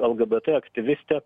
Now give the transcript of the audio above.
lgbt aktyvistė